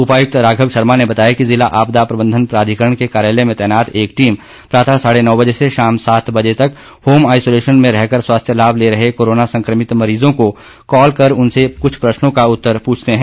उपायुक्त राघव शर्मा ने बताया कि जिला आपदा प्रबंधन प्राधिकरण के कार्यालय में तैनात एक टीम प्रातः साढ़े नौ बजे से शाम सात बजे तक होम आइसोलेशन में रहकर स्वास्थ्य लाभ ले रहे कोरोना संक्रमित मरीजों को कॉल कर उनसे कुछ प्रश्नों का उत्तर पूछती है